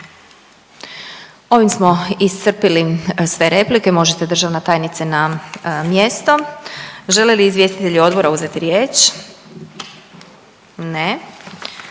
Ovim smo iscrpili sve replike možete državna tajnice na mjesto. Žele li izvjestitelji odbora uzeti riječ? Ne,